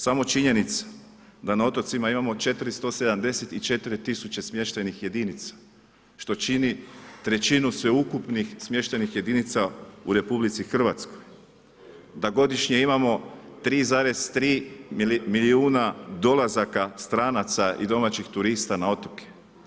Samo činjenica da na otocima imamo 4074 smještajnih jedinica što čini 1/3 sveukupnih smještajnih jedinica u RH, da godišnje imamo 3,3 milijuna dolazaka stranaca i domaćih turista na otoke.